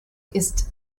ist